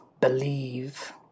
believe